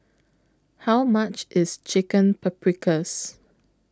How much IS Chicken Paprikas